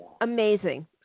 amazing